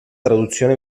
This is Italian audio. traduzione